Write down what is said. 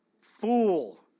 fool